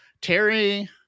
Terry